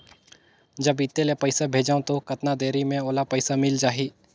जब इत्ते ले पइसा भेजवं तो कतना देरी मे ओला पइसा मिल जाही?